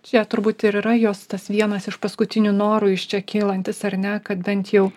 čia turbūt ir yra jos tas vienas iš paskutinių norų iš čia kylantis ar ne kad bent jau